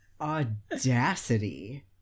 audacity